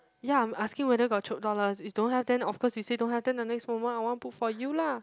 ya I'm asking whether got Chope dollars if don't have then of course you say don't have then the next moment I want book for you lah